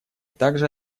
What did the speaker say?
также